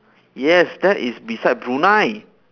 yes that is beside brunei